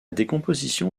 décomposition